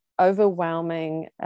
overwhelming